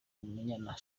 umunyana